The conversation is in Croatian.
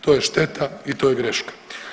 To je šteta i to je greška.